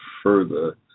Further